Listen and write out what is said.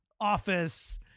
office